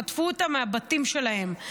חטפו אותם מהבתים שלהם,